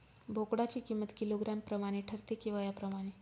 बोकडाची किंमत किलोग्रॅम प्रमाणे ठरते कि वयाप्रमाणे?